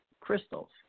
crystals